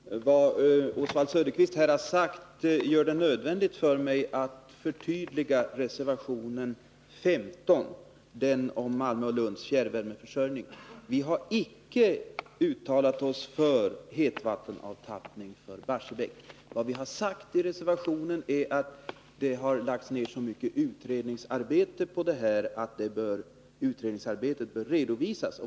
Fru talman! Vad Oswald Söderqvist här har sagt gör det nödvändigt för mig att förtydliga reservation 15, om fjärrvärmeförsörjningen för Malmö och Lund. Vi har inte uttalat oss för en hetvattenavtappning från Barsebäck. Vad vi sagt i reservationen är att det lagts ned så mycket utredningsarbete på projektet att detta arbete bör redovisas.